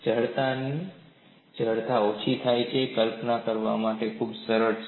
ઘટકની જડતા ઓછી થાય છે કલ્પના કરવા માટે ખૂબ જ સરળ છે